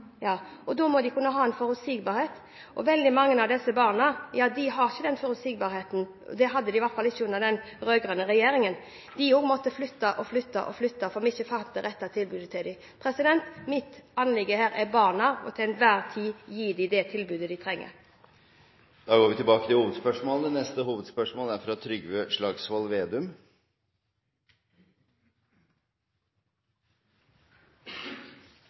og at det må være forutsigbarhet. Veldig mange av disse barna har ikke den forutsigbarheten. De hadde det i hvert fall ikke under den rød-grønne regjeringen. De måtte flytte og flytte og flytte, fordi vi ikke fant det rette tilbudet til dem. Mitt anliggende her er til enhver tid å kunne gi disse barna det tilbudet de trenger. Vi går til neste hovedspørsmål. Mitt hovedspørsmål går til finansminister Siv Jensen. Finans- og avgiftsminister Siv Jensen er